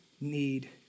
need